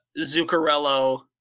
Zuccarello